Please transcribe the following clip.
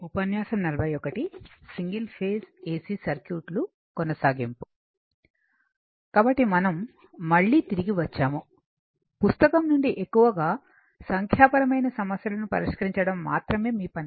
కాబట్టి మనం మళ్ళీ తిరిగి వచ్చాము పుస్తకం నుండి ఎక్కువగా సంఖ్యాపరమైన సమస్యలను పరిష్కరించడం మాత్రమే మీ పని